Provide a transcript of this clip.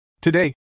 Today